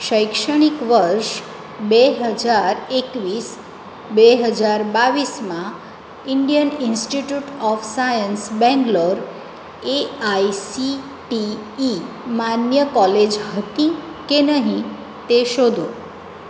શૈક્ષણિક વર્ષ બે હજાર એકવીસ બે હજાર બાવીસમાં Indian Institute of Science Bangalore A I C T E માન્ય કોલેજ હતી કે નહીં તે શોધો